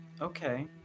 okay